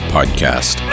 Podcast